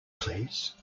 please